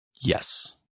Yes